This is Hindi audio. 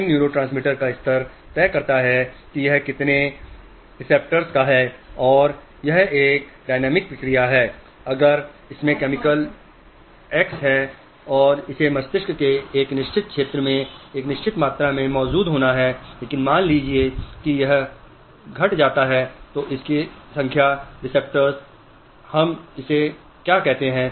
इन न्यूरोट्रांसमीटर का स्तर तय करता है कि यह कितने रिसेप्टर्स का है और यह एक डायनामिक प्रक्रिया है अगर इसमें केमिकल एक्स है और इसे मस्तिष्क के एक निश्चित क्षेत्र में एक निश्चित मात्रा में मौजूद होना है लेकिन मान लीजिए कि यह घट जाता है तो इसकी संख्या रिसेप्टर्स हम इसे क्या कहते हैं